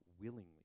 willingly